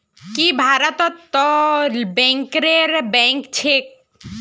की भारतत तो बैंकरेर बैंक छेक